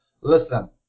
Listen